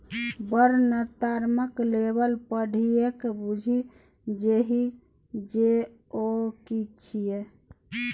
वर्णनात्मक लेबल पढ़िकए बुझि जेबही जे ओ कि छियै?